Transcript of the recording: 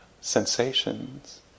sensations